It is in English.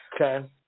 Okay